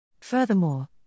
Furthermore